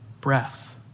breath